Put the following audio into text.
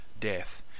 death